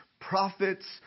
prophets